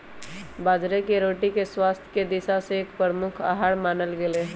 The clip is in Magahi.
बाजरे के रोटी के स्वास्थ्य के दिशा से एक प्रमुख आहार मानल गयले है